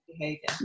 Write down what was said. behavior